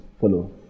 follow